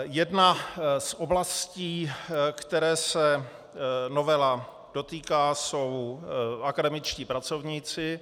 Jedna z oblastí, kterých se novela dotýká, jsou akademičtí pracovníci.